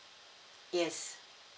yes